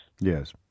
Yes